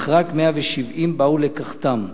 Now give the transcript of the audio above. אך רק 170 באו לקחתם.